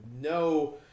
No